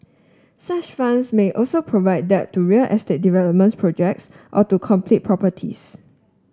such funds may also provide debt to real estate development projects or to completed properties